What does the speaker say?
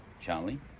Charlie